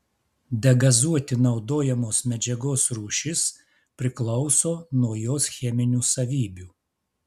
degazuoti naudojamos medžiagos rūšis priklauso nuo jos cheminių savybių